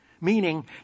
Meaning